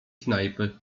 knajpy